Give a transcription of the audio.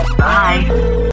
bye